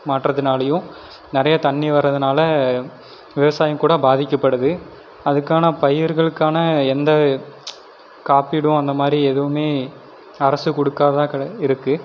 மாற்றத்தினாலையும் நிறைய தண்ணி வரதனால விவசாயம் கூட பாதிக்கப்படுது அதுக்கான பயிர்களுக்கான எந்த காப்பீடும் அந்த மாதிரி எதுவுமே அரசு கொடுக்காததான் இருக்குது